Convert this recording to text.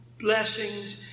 blessings